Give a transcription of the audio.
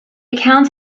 account